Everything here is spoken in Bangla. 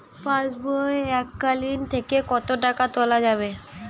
পাশবই এককালীন থেকে কত টাকা তোলা যাবে?